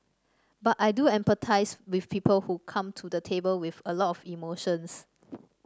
but I do empathise with people who come to the table with a lot of emotions